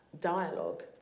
dialogue